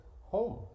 home